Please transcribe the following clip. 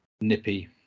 nippy